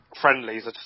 friendlies